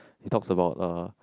he talks about uh